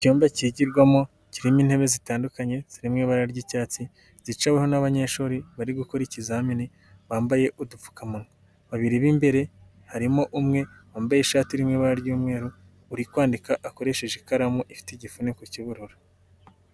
Icyumba kigirwamo kirimo intebe zitandukanye ziri mu ibara ry'icyatsi zicaweho n'abanyeshuri bari gukora ikizamini bambaye udupfukamunwa, babiri b'imbere harimo umwe wambaye ishati iri mu ibara ry'umweru uri kwandika akoresheje ikaramu ifite igifuniko cy'ubururu.